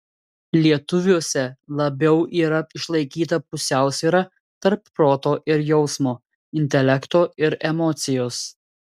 lietuviuose labiau yra išlaikyta pusiausvyra tarp proto ir jausmo intelekto ir emocijos